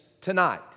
tonight